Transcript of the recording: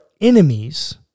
enemies